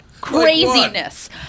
craziness